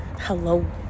Hello